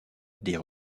des